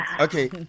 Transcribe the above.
Okay